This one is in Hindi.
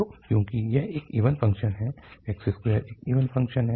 तो क्योंकि यह एक इवन फ़ंक्शन है x2 एक इवन फ़ंक्शन है